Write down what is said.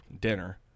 dinner